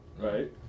Right